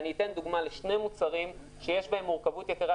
אני אתן דוגמה לשני מוצרים שיש בהם מורכבות יתרה,